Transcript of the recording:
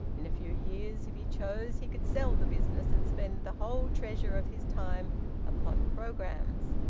in a few years, if he chose, he could sell the business and spend the whole treasure of his time upon programmes.